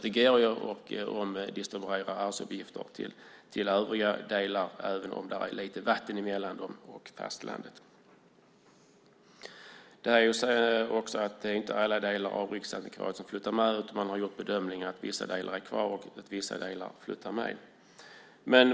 Det går att omdistribuera arbetsuppgifter till övriga delar även om det är lite vatten emellan Gotland och fastlandet. Det är inte heller alla delar av Riksantikvarieämbetet som flyttar med. Man har gjort bedömningen så att vissa delar är kvar och vissa flyttar med.